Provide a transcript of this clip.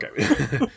okay